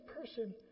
person